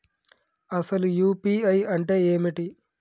అసలు యూ.పీ.ఐ అంటే ఏమిటి?